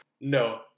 no